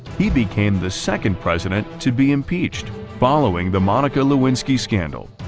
he became the second president to be impeached, following the monica lewinsky scandal,